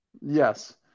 Yes